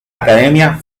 academia